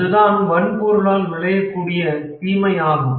அதுதான் வன்பொருளால் விளைய கூடிய தீமையாகும்